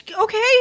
Okay